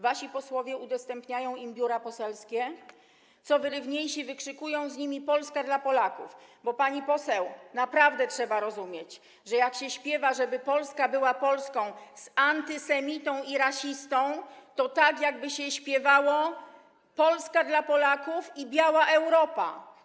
Wasi posłowie udostępniają im biura poselskie, co wyrywniejsi wykrzykują z nimi „Polska dla Polaków”, bo, pani poseł, naprawdę trzeba rozumieć, że jak się śpiewa „żeby Polska była Polską” z antysemitą i rasistą, to tak jakby się śpiewało o Polsce dla Polaków i białej Europie.